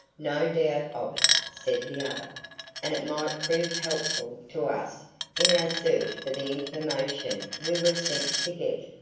no doubt of it, said the other and it might prove helpful to us in our search for the information we were sent to get.